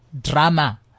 Drama